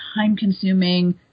time-consuming